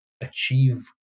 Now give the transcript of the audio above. achieve